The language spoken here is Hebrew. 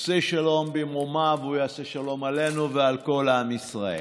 "עושה שלום במרומיו הוא יעשה שלום עלינו ועל כל ישראל".